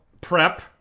PrEP